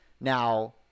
Now